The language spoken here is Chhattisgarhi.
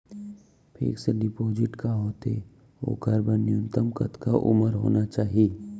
फिक्स डिपोजिट का होथे ओखर बर न्यूनतम कतका उमर होना चाहि?